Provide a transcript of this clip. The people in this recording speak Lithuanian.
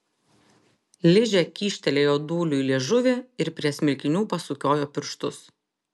ližė kyštelėjo dūliui liežuvį ir prie smilkinių pasukiojo pirštus